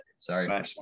Sorry